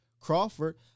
Crawford